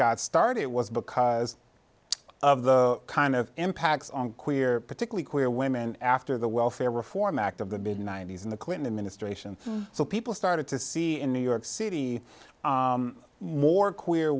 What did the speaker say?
god started it was because of the kind of impacts on queer particularly queer women after the welfare reform act of the big ninety's in the clinton administration so people started to see in new york city more queer